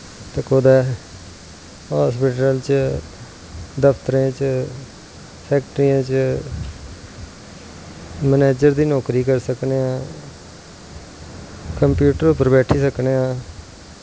फिर अस हस्पिटल च दफ्तरें च फैक्ट्रियें च मनेज़र दी नौकरी करी सकनें कंप्यूटर पर बैठी सकनें